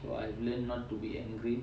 so I've learnt not to be angry